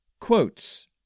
Quotes